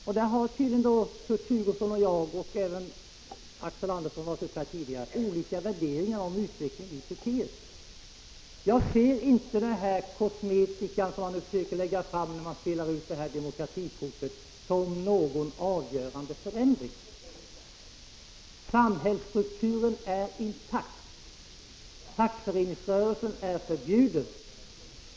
Tydligen har Kurt Hugosson och jag — och även Axel Andersson, som tidigare har deltagit i debatten — olika syn på utvecklingen i Turkiet. Jag ser inte den kosmetika som man nu försöker lägga på genom att spela ut demokratikortet som någon avgörande förändring. Samhällsstrukturen är intakt. Fackföreningsrörelsen är förbjuden.